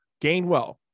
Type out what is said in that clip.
Gainwell